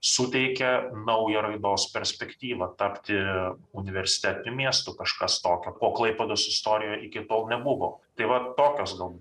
suteikia naują raidos perspektyvą tapti universitetiniu miestu kažkas tokio ko klaipėdos istorijoj iki tol nebuvo tai vat tokios gal